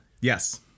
Yes